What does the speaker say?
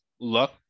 look